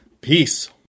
peace